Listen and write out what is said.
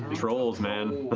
trolls, man.